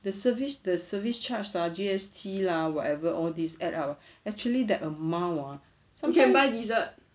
the service the service charge or G_S_T lah whatever all these add up actually that amount hor sometimes